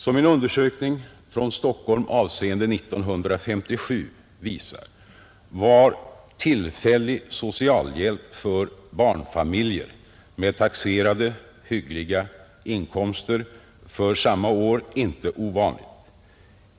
Som en undersökning från Stockholm, avseende 1957, visar var tillfällig socialhjälp för barnfamiljer med hyggliga taxerade inkomster för samma år inte ovanlig.